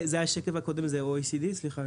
רגע זה השקף הקודם זה OECD סליחה?